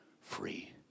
free